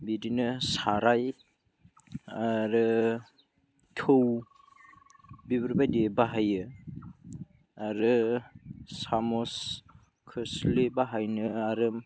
बिदिनो साराय आरो थौ बेफोरबायदि बाहायो आरो साम'स खोस्लि बाहायो आरो